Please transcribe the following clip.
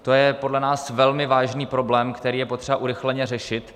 To je podle nás velmi vážný problém, který je potřeba urychleně řešit.